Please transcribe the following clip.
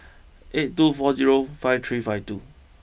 eight two four zero five three five two